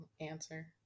answer